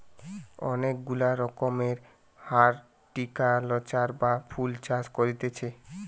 অনেক গুলা রকমের হরটিকালচার বা ফুল চাষ কোরছি